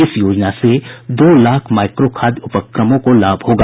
इस योजना से दो लाख माइक्रो खाद्य उपक्रमों को लाभ होगा